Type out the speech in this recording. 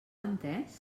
entès